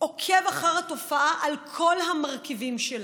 עוקב אחר התופעה על כל המרכיבים שלה.